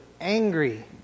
angry